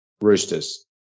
Roosters